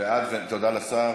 תודה לשר.